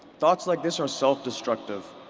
thoughts like this are self-destructive.